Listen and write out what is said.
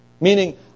Meaning